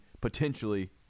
potentially